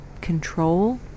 control